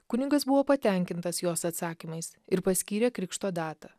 kunigas buvo patenkintas jos atsakymais ir paskyrė krikšto datą